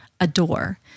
adore